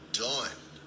done